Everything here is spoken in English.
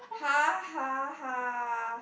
ha ha ha